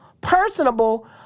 personable